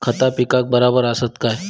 खता पिकाक बराबर आसत काय?